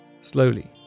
slowly